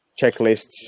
checklists